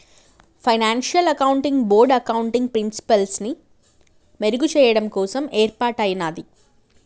financial accounting board accounting ప్రిన్సిపల్స్ని మెరుగుచెయ్యడం కోసం యేర్పాటయ్యినాది